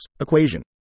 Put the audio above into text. equation